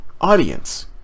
audience